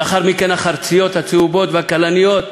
לאחר מכן, החרציות הצהובות והכלניות.